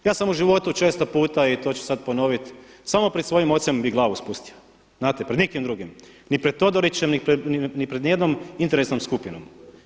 Ja sam u životu često puta i to ću sada ponoviti, samo pred svojim ocem glavu spustio, znate pred nikim drugim, ni pred Todorićem, ni pred nijednom interesnom skupinom.